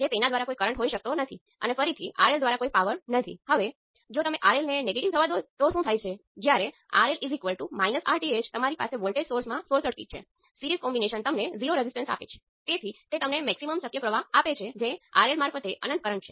તેથી આ port 2 short circuit સાથે પોર્ટ 1 માં જોવાનો રેઝિસ્ટન્સ છે અને h21 એ પોર્ટ 1 થી પોર્ટ 2 સાથે પોર્ટ 2 શોર્ટ થી કરંટ ગેઈન કરે છે